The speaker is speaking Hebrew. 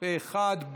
פה אחד: